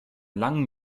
langen